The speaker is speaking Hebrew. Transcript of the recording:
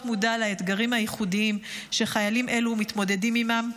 -- ולהיות מודע לאתגרים הייחודיים שחיילים אלו מתמודדים עימם.